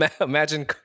Imagine